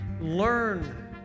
learn